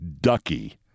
ducky